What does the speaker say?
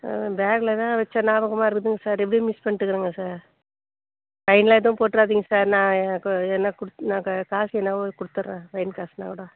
ஆ பேக்கில்தான் வைச்ச ஞாபகமாக இருக்குதுங்க சார் எப்படியோ மிஸ் பண்ணிவிட்டு இருக்கிறேன் சார் ஃபைனெல்லாம் எதுவும் போட்டுறாதீங்க சார் நான் நான் காசு வேணுன்னாலும் கொடுத்துட்றேன் ஃபைன் காசுன்னால் கூட